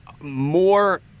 more